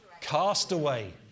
Castaway